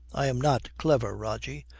i'm not clever, rogie,